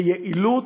ביעילות.